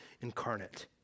incarnate